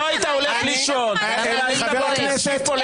אם לא היית הולך --- היועצת המשפטית של